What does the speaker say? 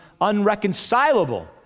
unreconcilable